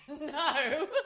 No